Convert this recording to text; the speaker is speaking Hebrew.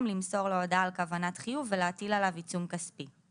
למסור לו הודעה על כוונת חיוב ולהטיל עליו עיצום כספי.